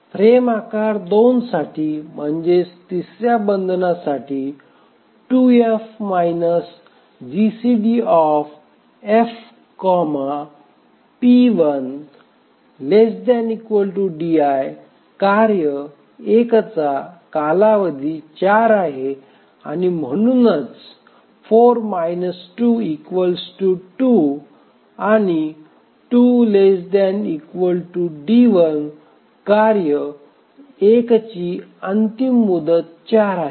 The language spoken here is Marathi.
फ्रेम आकार २ साठी म्हणजेच तिसर्या बंधनासाठी 2F GCDF p1 ≤ di कार्य एकचा कालावधी 4आहे आणि म्हणून4 2 2 आणि 2 ≤ d1 कार्य एकची अंतिम मुदत 4 आहे